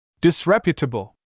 Disreputable